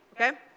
okay